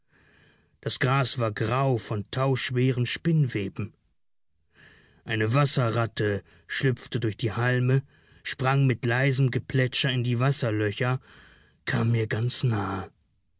das gras war grau von tauschweren spinnweben eine wasserratte schlüpfte durch die halme sprang mit leisem geplätscher in die wasserlöcher kam mir ganz nahe